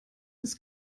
ist